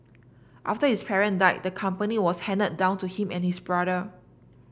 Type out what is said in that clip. after his parent died the company was handed down to him and his brother